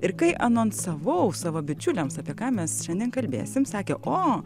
ir kai anonsavau savo bičiuliams apie ką mes šiandien kalbėsim sakė o